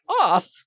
off